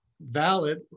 valid